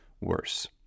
worse